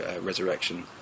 resurrection